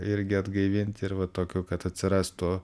irgi atgaivinti ir va tokių kad atsirastų